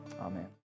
Amen